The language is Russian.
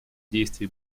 действий